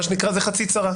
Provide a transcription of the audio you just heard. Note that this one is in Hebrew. מה שנקרא זה חצי צרה,